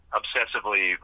obsessively